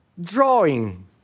drawing